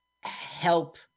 help